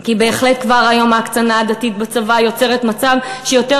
כי בהחלט כבר היום ההקצנה הדתית בצבא יוצרת מצב שיותר